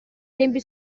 tempi